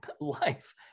life